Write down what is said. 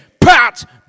pat